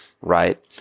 right